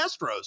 Astros